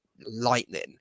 lightning